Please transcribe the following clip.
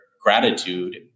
gratitude